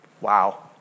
Wow